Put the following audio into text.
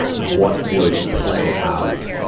what would play out?